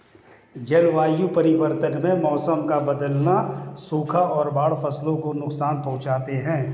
जलवायु परिवर्तन में मौसम का बदलना, सूखा और बाढ़ फसलों को नुकसान पहुँचाते है